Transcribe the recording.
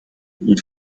ils